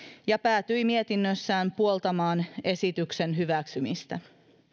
ja päätyi mietinnössään puoltamaan esityksen hyväksymistä